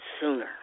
sooner